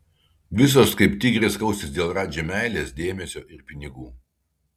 visos kaip tigrės kausis dėl radži meilės dėmesio ir pinigų